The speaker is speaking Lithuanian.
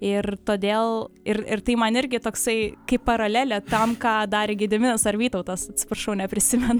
ir todėl ir ir tai man irgi toksai kaip paralelė tam ką darė gediminas ar vytautas atsiprašau neprisimenu